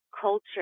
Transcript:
culture